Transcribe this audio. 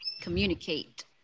communicate